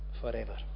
forever